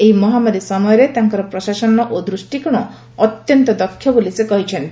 ଏହି ମହାମାରୀ ସମୟରେ ତାଙ୍କର ପ୍ରଶାସନ ଓ ଦୃଷ୍କିକୋଶ ଅତ୍ୟନ୍ତ ଦକ୍ଷ ବୋଲି ସେ କହିଛନ୍ତି